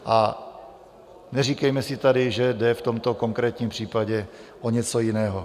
A neříkejme si tady, že jde v tomto konkrétním případě o něco jiného.